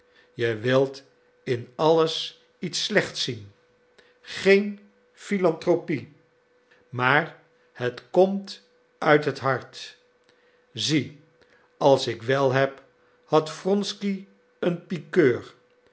je wilt in alles iets slechts zien geen philantropie maar het komt uit het hart zie als ik wel heb had wronsky een pikeur